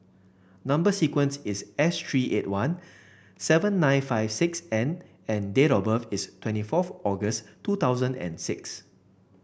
number sequence is S three eight one seven nine five six N and date of birth is twenty fourth August two thousand and six